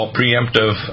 preemptive